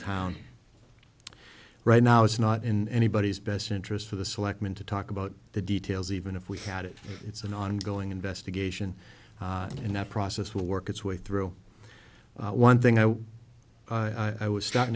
own right now it's not in anybody's best interest for the selectmen to talk about the details even if we had it it's an ongoing investigation and that process will work its way through one thing i i was starting